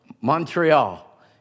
Montreal